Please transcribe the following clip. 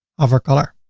hover color,